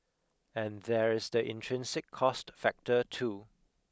and there is the intrinsic cost factor too